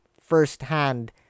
firsthand